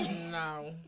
No